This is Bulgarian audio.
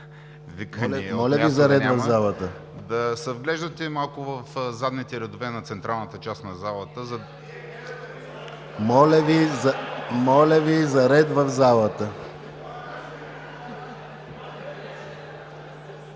Моля Ви за ред в залата!